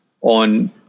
on